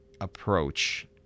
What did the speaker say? approach